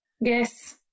Yes